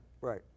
Right